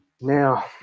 now